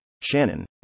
Shannon